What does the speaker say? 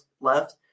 left